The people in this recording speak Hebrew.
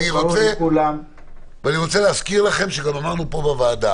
אני רוצה להזכיר לכם שגם אמרנו כאן בוועדה